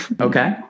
Okay